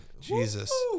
Jesus